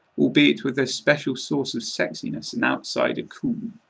albeit with a special sauce of sexiness and outsider cool.